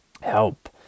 Help